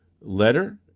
letter